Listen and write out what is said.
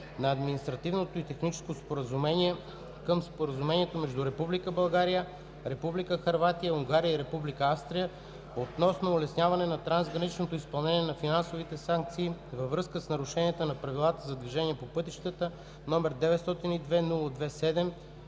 на Административното и техническо споразумение към Споразумението между Република България, Република Хърватия, Унгария и Република Австрия относно улесняване на трансграничното изпълнение на финансови санкции във връзка с нарушения на правилата за движение по пътищата № 902-02-7,